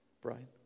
Brian